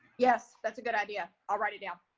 yes, that's a good idea. i'll write it down,